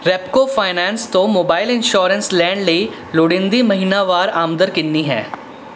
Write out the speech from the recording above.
Repco finance ਤੋਂ mobile insurance ਲੈਣ ਲਈ ਲੋੜੀਂਦੀ ਮਹੀਨਾਵਾਰ ਆਮਦਨ ਕਿੰਨੀ ਹੈ